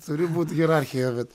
turi būt hierarchija bet